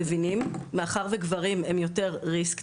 ומאחר שגברים הם יותר risk takers,